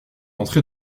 entrer